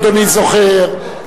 אדוני זוכר,